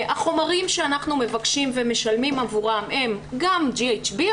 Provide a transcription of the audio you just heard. החומרים שאנחנו מבקשים ומשלמים עבורם הם גם GHB,